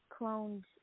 cloned